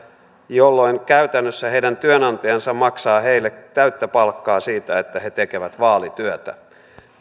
jolloin käytännössä heidän työnantajansa maksaa heille täyttä palkkaa siitä että he tekevät vaalityötä